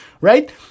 right